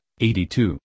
82